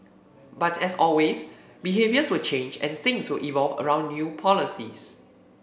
but as always behaviours will change and things will evolve around new policies